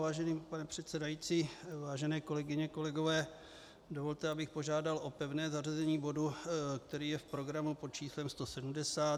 Vážený pane předsedající, vážené kolegyně, kolegové, dovolte, abych požádal o pevné zařazení bodu, který je v programu pod číslem 170.